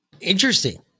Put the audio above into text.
Interesting